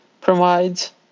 provides